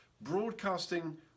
broadcasting